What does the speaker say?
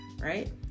right